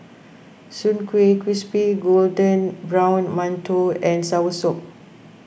Soon Kueh Crispy Golden Brown Mantou and Soursop